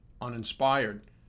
uninspired